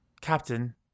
Captain